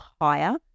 higher